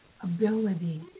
ability